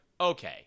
okay